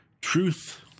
truth